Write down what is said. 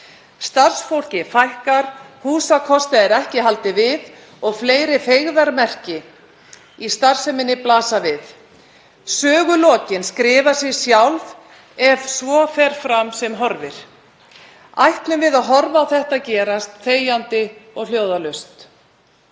Starfsfólki fækkar, húsakosti er ekki haldið við og fleiri feigðarmerki í starfseminni blasa við. Sögulokin skrifa sig sjálf ef svo fer fram sem horfir. Ætlum við að horfa á þetta gerast þegjandi og hljóðalaust?